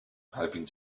hoping